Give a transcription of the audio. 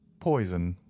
poison,